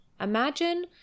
Imagine